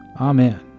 Amen